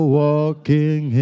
walking